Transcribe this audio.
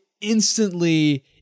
instantly